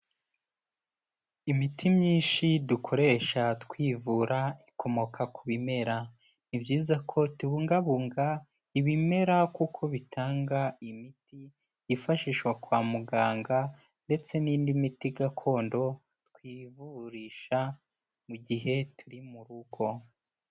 Imiti myinshi dukoresha twivura ikomoka ku bimera, ni byiza ko tubungabunga ibimera kuko bitanga imiti yifashishwa kwa muganga ndetse n'indi miti gakondo twivurisha mu gihe turi mu rugo.